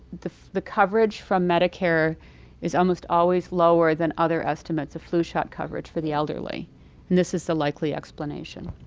the the coverage from medicare is almost always lower than other estimates of flu shot coverage for the elderly, and this is the likely explanation.